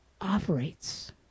operates